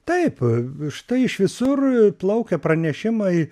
taip štai iš visur plaukia pranešimai